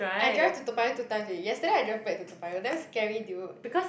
I drive to Toa-Payoh two times already yesterday I drove back to Toa-Payoh damn scary dude